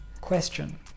question